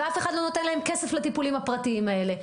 ואף אחד לא נותן להם כסף לטיפולים הפרטיים האלה.